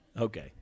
Okay